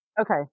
Okay